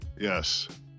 yes